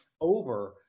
over